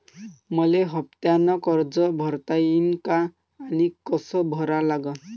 मले हफ्त्यानं कर्ज भरता येईन का आनी कस भरा लागन?